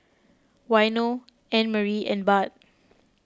Waino Annemarie and Bart